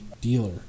dealer